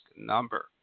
number